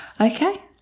Okay